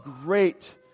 great